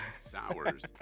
Sours